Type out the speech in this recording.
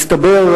מסתבר,